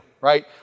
right